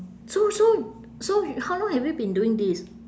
so so so how long have you been doing this